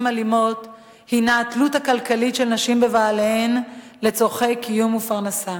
אלימות הוא התלות הכלכלית של נשים בבעליהן לצורכי קיום ופרנסה.